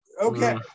okay